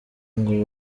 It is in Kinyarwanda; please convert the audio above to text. ngo